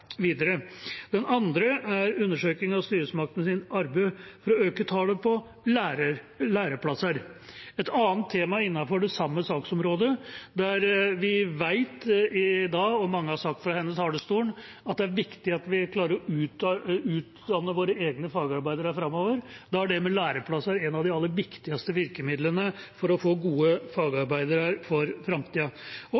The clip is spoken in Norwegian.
videre. Den andre saken er undersøkelse av styresmaktenes arbeid for å øke tallet på læreplasser. Det er et annet tema innenfor det samme saksområdet der vi vet – og som mange har sagt fra denne talerstolen – at det er viktig at vi klarer å utdanne våre egne fagarbeidere framover. Da er dette med læreplasser et av de aller viktigste virkemidlene for å få gode fagarbeidere for framtida. Og